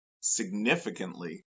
significantly